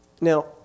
Now